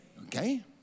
Okay